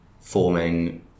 forming